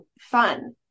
fun